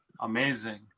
amazing